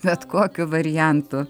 bet kokiu variantu